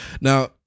Now